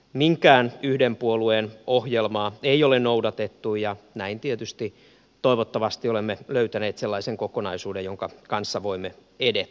minkään yhden puolueen ohjelmaa ei ole noudatettu ja näin tietysti toivottavasti olemme löytäneet sellaisen kokonaisuuden jonka kanssa voimme edetä